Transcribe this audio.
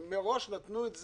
הם מראש נתנו את זה,